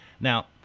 Now